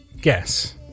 Guess